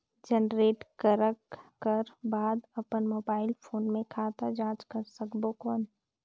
Generate करक कर बाद अपन मोबाइल फोन मे खाता जांच कर सकबो कौन?